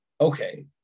okay